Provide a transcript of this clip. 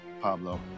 Pablo